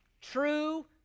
true